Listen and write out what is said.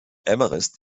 everest